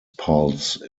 pulse